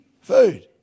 food